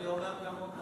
אני אומר כמוך.